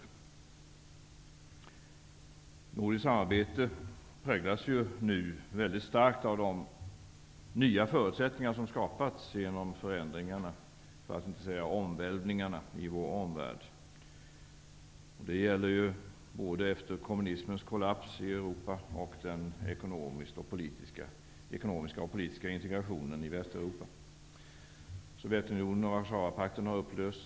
Det nordiska samarbetet präglas nu väldigt starkt av de nya förutsättningar som har skapats genom förändringarna -- för att inte säga omvälvningarna -- i vår omvärld. Det gäller både efter kommunismens kollaps i Europa och efter den ekonomiska och politiska integrationen i Västeuropa. Sovjetunionen och Warszawapakten har upplösts.